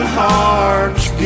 hearts